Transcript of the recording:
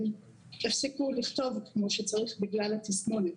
הם הפסיקו לכתוב כמו שצריך, בגלל התסמונת.